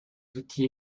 outils